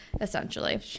essentially